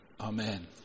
Amen